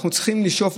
נכון,